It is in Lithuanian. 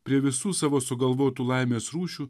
prie visų savo sugalvotų laimės rūšių